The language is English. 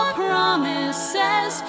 promises